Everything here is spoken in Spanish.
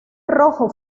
rojo